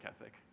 ethic